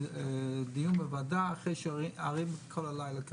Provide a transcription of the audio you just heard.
דיון בוועדה אחרי שאנחנו ערים כל הלילה כאן.